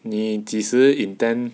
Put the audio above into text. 你即使 intend